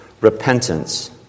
repentance